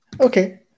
Okay